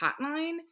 hotline